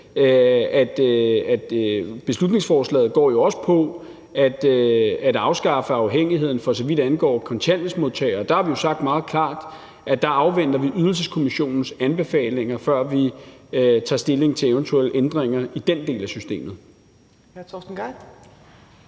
beslutningsforslaget jo også går på at afskaffe afhængigheden, for så vidt angår kontanthjælpsmodtagere, at vi har sagt meget klart, at vi der afventer Ydelseskommissionens anbefalinger, før vi tager stilling til eventuelle ændringer i den del af systemet.